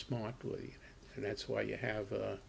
smartly and that's why you have a